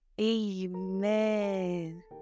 amen